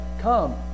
Come